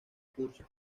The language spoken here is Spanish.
curso